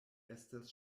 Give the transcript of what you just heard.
estas